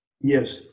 Yes